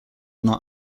not